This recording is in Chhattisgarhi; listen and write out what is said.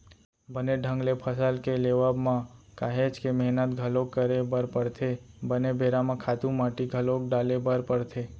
बने ढंग ले फसल के लेवब म काहेच के मेहनत घलोक करे बर परथे, बने बेरा म खातू माटी घलोक डाले बर परथे